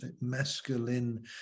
masculine